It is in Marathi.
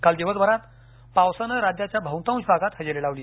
काल दिवसभरात पावसानं राज्याच्या बहुतांश भागात हजेरी लावली